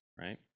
right